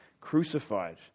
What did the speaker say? crucified